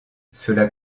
cela